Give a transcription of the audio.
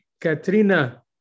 Katrina